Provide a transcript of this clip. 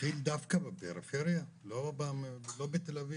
להתחיל דווקא בפריפריה, לא בתל אביב?